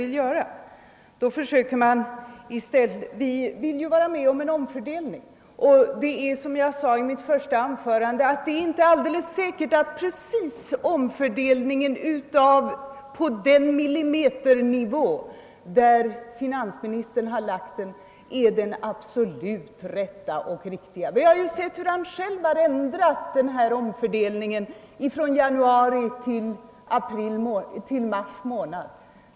Vi vill ju vara med om en omfördelning. Men som jag sade i mitt första anförande är det inte alldeles säkert att precis den omfördelning som finansministern föreslagit är den på millimetern absolut rätta och riktiga. Vi har ju sett hur han själv ändrat denna omfördelning från i januari till mars.